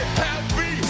happy